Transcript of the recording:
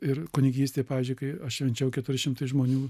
ir kunigystė pavyzdžiui kai aš švenčiau keturi šimtai žmonių